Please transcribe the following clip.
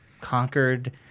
Conquered